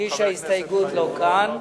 מגיש ההסתייגות לא כאן,